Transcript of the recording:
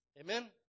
Amen